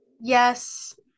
Yes